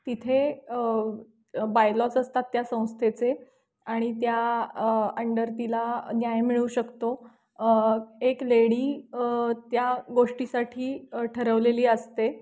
तिथे bylaws असतात त्या संस्थेचे आणि त्या अंडर तिला न्याय मिळू शकतो एक लेडी त्या गोष्टीसाठी ठरवलेली असते